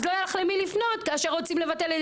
אז לא יהיה לך למי לפנות כאשר רוצים לבטל את